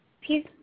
Please